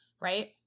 right